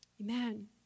Amen